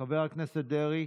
חבר הכנסת דרעי,